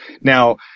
Now